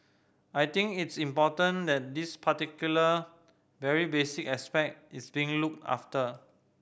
I think it's important that this particular very basic aspect is being looked after